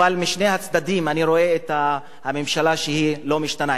אבל משני הצדדים אני רואה את הממשלה שלא משתנה.